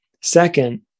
Second